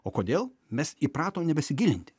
o kodėl mes įpratom nebesigilinti